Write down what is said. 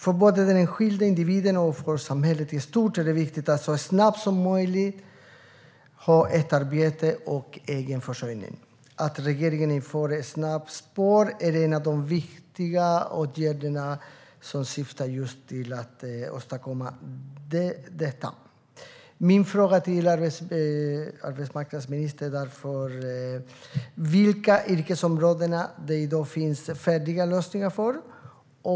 För både den enskilda individen och för samhället i stort är det viktigt att nyanlända så snabbt som möjligt har arbete och egen försörjning. Att regeringen inför snabbspår är en av de viktiga åtgärder som syftar just till att åstadkomma detta. Min fråga till arbetsmarknadsministern är därför: Vilka yrkesområden finns det i dag färdiga lösningar för?